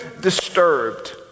disturbed